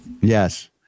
Yes